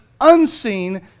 unseen